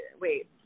wait